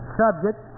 subject